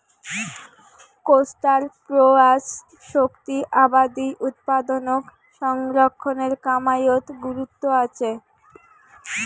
কোষ্টার প্রসার্য শক্তি আবাদি উৎপাদনক সংরক্ষণের কামাইয়ত গুরুত্ব আচে